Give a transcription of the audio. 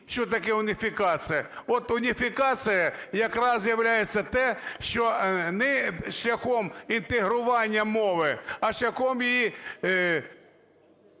що таке уніфікація. От уніфікація якраз являється те, що не шляхом інтегрування мови, а шляхом її…